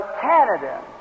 Canada